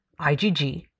IgG